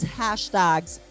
hashtags